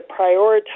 prioritize